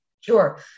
Sure